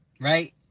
right